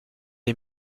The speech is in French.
est